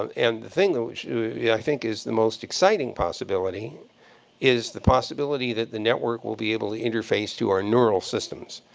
um and the thing that i yeah think is the most exciting possibility is the possibility that the network will be able to interface to our neural systems.